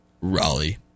Raleigh